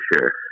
sure